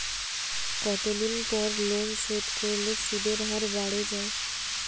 কতদিন পর লোন শোধ করলে সুদের হার বাড়ে য়ায়?